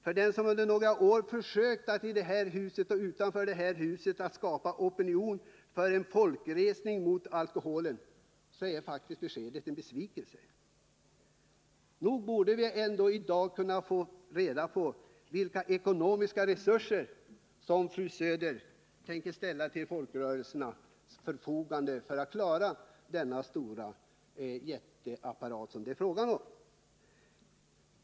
För den som under några år försökt att utanför och i detta hus skapa opinion för en folkresning mot alkoholen är beskedet faktiskt en besvikelse. Nog borde vi ändå i dag kunna få reda på vilka ekonomiska resurser fru Söder tänker ställa till folkrörelsernas förfogande för att de skall klara denna jätteapparat som det är fråga om.